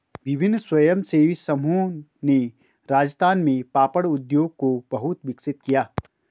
विभिन्न स्वयंसेवी समूहों ने राजस्थान में पापड़ उद्योग को बहुत विकसित किया